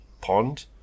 pond